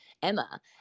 Emma